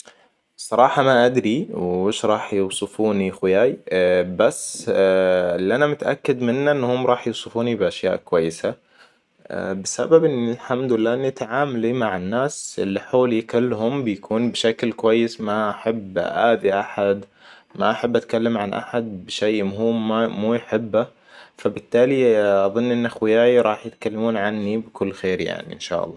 صراحة ما أدري وش راح يوصفوني إخوياي بس اللي أنا متأكد منه انهم راح يوصفوني بأشياء كويسة بسبب ان الحمد لله ان تعاملي مع الناس اللي حولي كلهم بيكون بشكل كويس ما أحب أذي احد ما أحب أتكلم عن أحد بشي مو ها - مو يحبه فبالتالي اظن ان اخوياي راح يتكلمون عني بكل خير يعني إن شاء الله